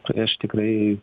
tada aš tikrai